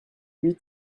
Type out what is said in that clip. huit